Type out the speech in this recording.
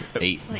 Eight